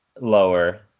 lower